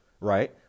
right